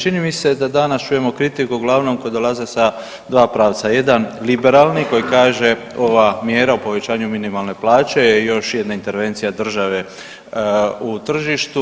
Čini mi se da danas čujemo kritiku uglavnom koje dolaze sa dva pravca, jedan liberalni koji kaže, ova mjera o povećanju minimalne plaće je još jedna intervencija države u tržištu.